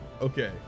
Okay